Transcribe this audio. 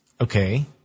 Okay